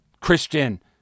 Christian